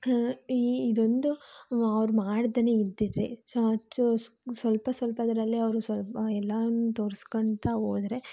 ಈ ಇದೊಂದು ಅವ್ರು ಮಾಡ್ದೇ ಇದ್ದಿದ್ದರೆ ಸ್ವಲ್ಪ ಸ್ವಲ್ಪದರಲ್ಲೇ ಅವರು ಸಲ್ ಎಲ್ಲವನ್ನು ತೋರ್ಸ್ಕೊತ ಹೋದ್ರೆ